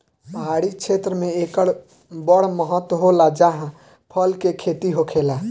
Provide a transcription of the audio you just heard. पहाड़ी क्षेत्र मे एकर बड़ महत्त्व होला जाहा फल के खेती होखेला